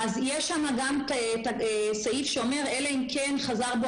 אז יש שם גם הסעיף שאומר: אלא אם כן חזר בו